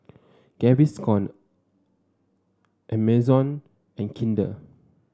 Gaviscon Amazon and Kinder